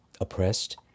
oppressed